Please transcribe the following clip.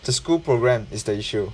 the school program is the issue